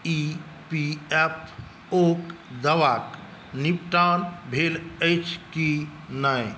ई P F O के दावाक निपटान भेल अछि कि नहि